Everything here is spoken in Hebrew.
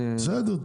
בסדר,